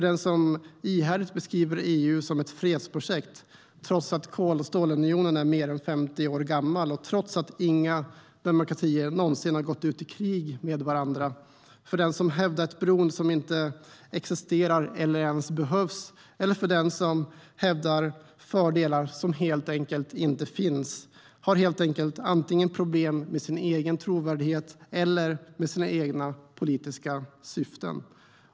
Den som ihärdigt beskriver EU som ett fredsprojekt, trots att kol och stålunionen är mer än 50 år gammal och trots att inga demokratier någonsin har gått ut i krig mot varandra, den som hävdar ett beroende som inte existerar eller ens behövs och den som hävdar fördelar som inte finns har helt enkelt problem med sin egen trovärdighet eller med sina egna politiska syften.